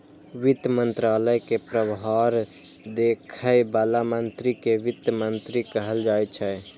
वित्त मंत्रालय के प्रभार देखै बला मंत्री कें वित्त मंत्री कहल जाइ छै